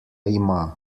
ima